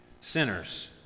Sinners